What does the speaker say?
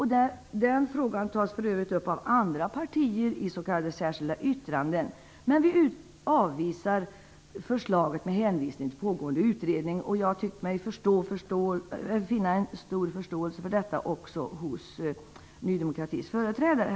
Den frågan tas för övrigt upp av andra partier i s.k. särskilda yttranden. Utskottet avvisar förslaget med hänvisning till pågående utredning. Jag har tyckt mig finna en stor förståelse för detta, också hos Ny demokratis företrädare.